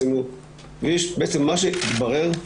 בעצם מה שהתברר,